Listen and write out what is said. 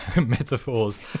metaphors